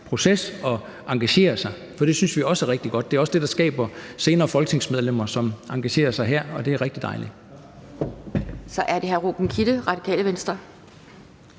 proces og engagere sig, for det synes vi også er rigtig godt. Det er også det, der skaber senere folketingsmedlemmer, som engagerer sig her, og det er rigtig dejligt. Kl. 11:33 Anden næstformand